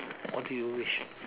what do you wish